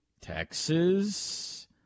Texas